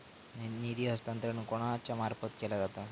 निधी हस्तांतरण कोणाच्या मार्फत केला जाता?